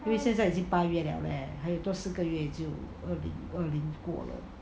因为现在已经八月了 leh 还有多四个月就二零二零过了